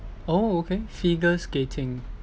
oh okay figure skating